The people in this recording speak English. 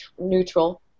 neutral